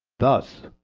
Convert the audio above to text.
thus,